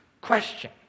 question